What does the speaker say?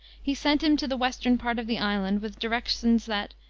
he sent him to the western part of the island, with directions that,